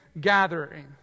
gathering